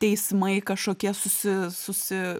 teismai kažkokie susi susi